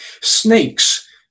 Snakes